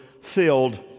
filled